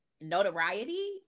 notoriety